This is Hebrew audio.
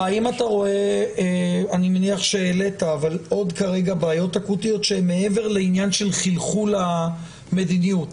אבל האם אתה רואה עוד בעיות אקוטיות מעבר לעניין של חלחול המדיניות?